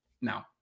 now